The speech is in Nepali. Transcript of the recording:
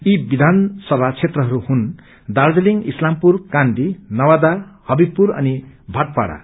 यी विधानसभा क्षेत्रहरू हुन् दार्जीलिङ इस्लामपुर कान्दी नवादा हवीबपूर अनि भाट पाड़ा